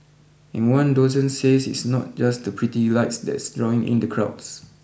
and one docent says it's not just the pretty lights that's drawing in the crowds